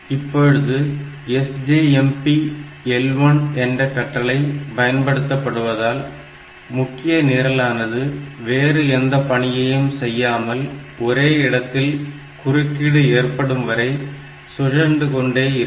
இப்பொழுது SJMP L1 என்ற கட்டளை பயன்படுத்தப்படுவதால் முக்கிய நிரலானது வேறு எந்த பணியையும் செய்யாமல் ஒரே இடத்தில் குறுக்கீடு ஏற்படும்வரை சுழன்று கொண்டே இருக்கும்